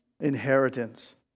inheritance